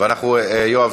אם כן,